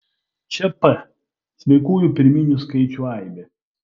čia p sveikųjų pirminių skaičių aibė